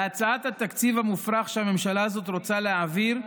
בהצעת התקציב המופרך שהממשלה הזאת רוצה להעביר,